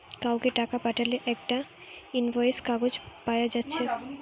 কাউকে টাকা পাঠালে একটা ইনভয়েস কাগজ পায়া যাচ্ছে